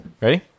Ready